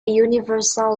universal